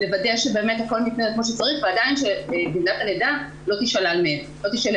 לוודא שהכול באמת מתנהל כמו שצריך ועדיין שגמלת הלידה לא תישלל מהן.